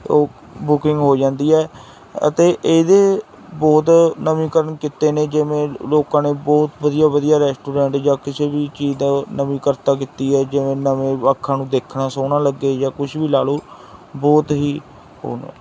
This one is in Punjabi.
ਉਹ ਬੁਕਿੰਗ ਹੋ ਜਾਂਦੀ ਹੈ ਅਤੇ ਇਹਦੇ ਬਹੁਤ ਨਵੀਂਕਰਨ ਕੀਤੇ ਨੇ ਜਿਵੇਂ ਲੋਕਾਂ ਨੇ ਬਹੁਤ ਵਧੀਆ ਵਧੀਆ ਰੈਸਟੋਰੈਂਟ ਜਾਂ ਕਿਸੇ ਵੀ ਚੀਜ਼ ਦੀ ਨਵੀਕਰਤਾ ਕੀਤੀ ਹੈ ਜਿਵੇਂ ਨਵਾਂ ਅੱਖਾਂ ਨੂੰ ਦੇਖਣਾ ਸੋਹਣਾ ਲੱਗੇ ਜਾਂ ਕੁਛ ਵੀ ਲਾ ਲਓ ਬਹੁਤ ਹੀ